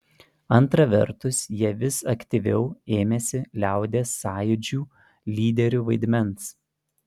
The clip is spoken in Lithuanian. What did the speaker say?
antra vertus jie vis aktyviau ėmėsi liaudies sąjūdžių lyderių vaidmens